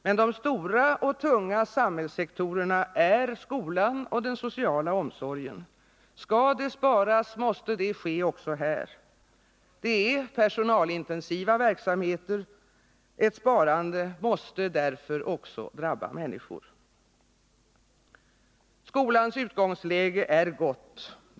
Men de stora och tunga samhällssektorerna är skolan och den sociala omsorgen. Skall det sparas, måste det ske också där. Det är personalintensiva verksamheter — ett sparande där måste därför också drabba människor. Skolans utgångsläge är gott.